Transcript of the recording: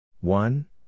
One